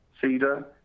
CEDAR